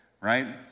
right